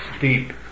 deep